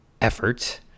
effort